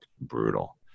brutal